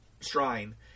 shrine